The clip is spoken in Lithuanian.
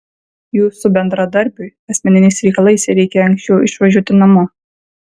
jūsų bendradarbiui asmeniniais reikalais reikia anksčiau išvažiuoti namo